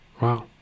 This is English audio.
wow